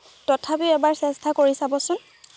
তথাপি এবাৰ চেষ্টা কৰি চাবচোন